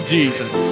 Jesus